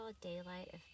daylight